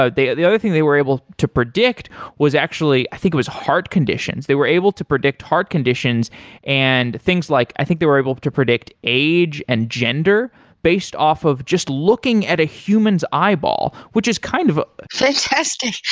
ah the other thing they were able to predict was actually i think it was heart conditions. they were able to predict heart conditions and things like i think they were able to predict age and gender based off of just looking at a human's eyeball, which is kind of fantastic.